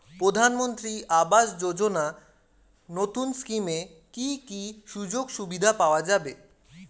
প্রধানমন্ত্রী আবাস যোজনা নতুন স্কিমে কি কি সুযোগ সুবিধা পাওয়া যাবে?